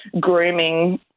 grooming